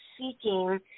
seeking